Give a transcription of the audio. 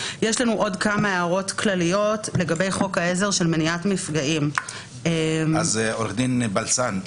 כמה הערות כלליות לגבי חוק העזר של מניעת מפגעים --- עורך דין בלסן,